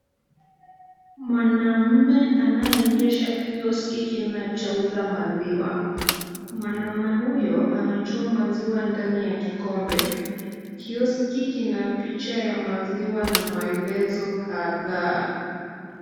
Mwanaume anayeendesha kioski kinachouza maziwa mwanaume huyo anatoa maziwa ndani ya kikombe. Kioski kina picha ya maziwa na maelezo kadhaa.